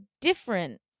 different